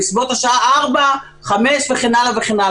בסביבות השעה 16:00-17:00 וכן הלאה.